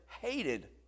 hated